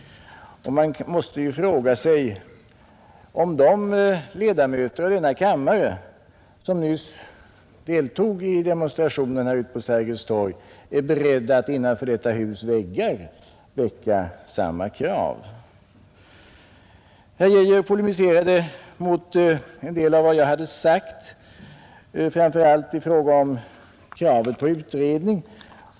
Man måste också fråga sig om de ledamöter av denna kammare, som nyss deltog i demonstrationerna ute på Sergels torg, är beredda att innanför detta hus väggar ställa samma krav. Herr Geijer polemiserade mot en del av vad jag hade sagt, framför allt i fråga om kravet på utredning.